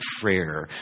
prayer